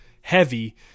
heavy